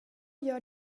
gör